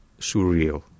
surreal